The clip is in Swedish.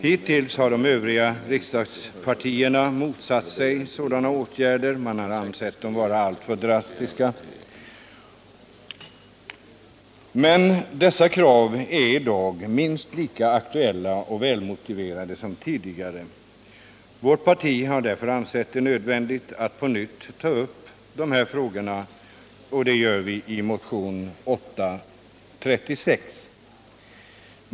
Hittills har de övriga riksdagspartierna motsatt sig sådana åtgärder — man har ansett dem vara alltför drastiska. Men dessa krav är idag minst lika aktuella och välmotiverade som tidigare. Vårt parti har därför ansett det nödvändigt att på nytt ta upp dessa frågor, och det gör vi i motion nr 836.